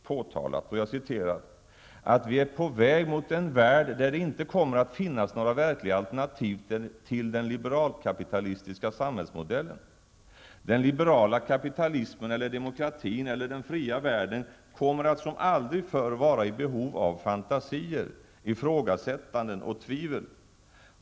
påtalat, ''att vi är på väg mot en värld där det inte kommer att finnas några verkliga alternativ till den liberal-kapitalistiska samhällsmodellen -- Den liberala kapitalismen eller demokratin eller den fria världen kommer att som aldrig förr vara i behov av fantasier, ifrågasättanden och tvivel.